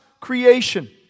creation